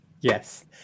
Yes